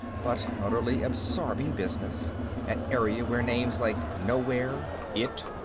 but utterly absorbing business an area where names like nowhere, it,